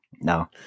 No